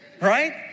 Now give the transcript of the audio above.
Right